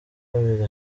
kabiri